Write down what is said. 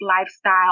lifestyle